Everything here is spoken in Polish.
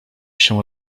się